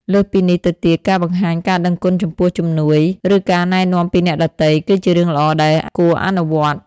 លើសពីនេះទៅទៀតការបង្ហាញការដឹងគុណចំពោះជំនួយ ឬការណែនាំពីអ្នកដទៃ គឺជារឿងល្អដែលគួរអនុវត្ត។